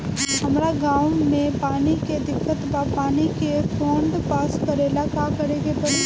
हमरा गॉव मे पानी के दिक्कत बा पानी के फोन्ड पास करेला का करे के पड़ी?